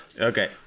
Okay